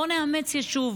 בואו נאמץ יישוב.